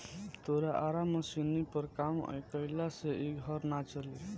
तोरा आरा मशीनी पर काम कईला से इ घर ना चली